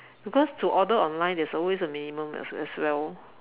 because to order online there's always a minimum as as well